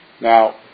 Now